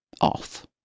off